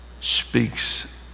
speaks